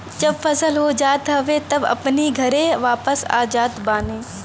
जब फसल हो जात हवे तब अपनी घरे वापस आ जात बाने